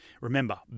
Remember